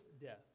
death